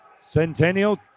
Centennial